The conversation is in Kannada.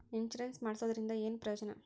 ಇನ್ಸುರೆನ್ಸ್ ಮಾಡ್ಸೋದರಿಂದ ಏನು ಪ್ರಯೋಜನ?